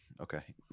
Okay